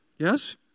Yes